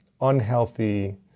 unhealthy